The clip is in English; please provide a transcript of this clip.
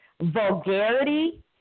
vulgarity